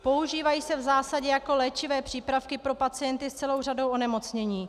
Používají se v zásadě jako léčivé přípravky pro pacienty s celou řadou onemocnění.